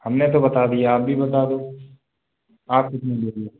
हम ने तो बता दिया आप भी बता दो आप कितने दे रही हो